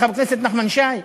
חבר הכנסת נחמן שי,